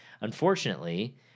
Unfortunately